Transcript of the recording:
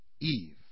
Eve